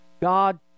God